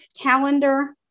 calendar